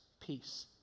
peace